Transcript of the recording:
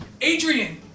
Adrian